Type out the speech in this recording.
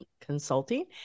Consulting